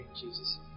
Jesus